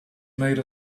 made